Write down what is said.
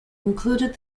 included